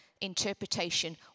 interpretation